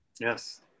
yes